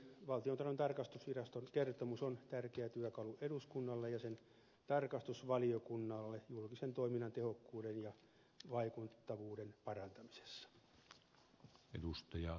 valtiontalouden tarkastusviraston kertomus on tärkeä työkalu eduskunnalle ja sen tarkastusvaliokunnalle julkisen toiminnan tehokkuuden ja vaikuttavuuden parantamisessa